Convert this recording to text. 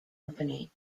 company